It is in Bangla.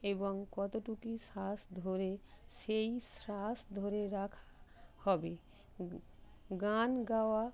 এবং কতটুকু শ্বাস ধরে সেই শ্বাস ধরে রাখা হবে গান গাওয়ার